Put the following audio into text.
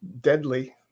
deadly